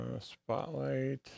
spotlight